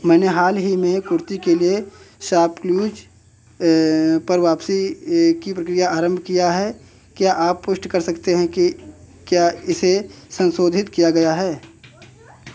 मैंने हाल ही में कुर्ती के लिए शॉपक्लूज़ पर वापसी की प्रक्रिया आरम्भ की है क्या आप पुष्टि कर सकते हैं कि क्या इसे सन्शोधित किया गया है